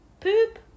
poop